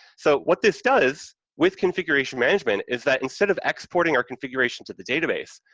so, what this does with configuration management is that instead of exporting our configuration to the database,